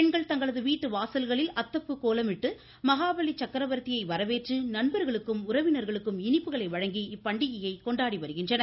பெண்கள் தங்களது வீட்டு வாசல்களில் அத்தப்பூ கோலமிட்டு மகாபலி சக்கரவர்த்தியை வரவேற்று நண்பர்களுக்கும் உறவினர்களுக்கும் இனிப்புகளை வழங்கி இப்பண்டிகையை கொண்டாடி வருகின்றனர்